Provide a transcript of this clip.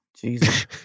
Jesus